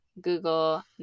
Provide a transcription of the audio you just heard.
Google